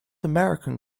american